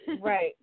right